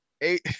eight